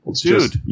Dude